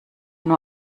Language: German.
nur